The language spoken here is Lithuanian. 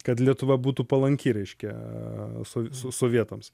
kad lietuva būtų palanki reiškia e so sovietams